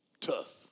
tough